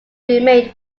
remained